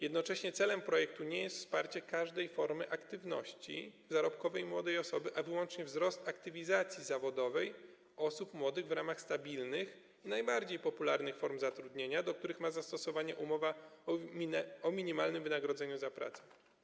Jednocześnie celem projektu nie jest wsparcie każdej formy aktywności zarobkowej młodej osoby, a wyłącznie wzrost aktywizacji zawodowej osób młodych w ramach stabilnych i najbardziej popularnych form zatrudnienia, do których ma zastosowanie umowa o minimalnym wynagrodzeniu za pracę.